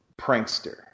prankster